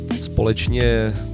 společně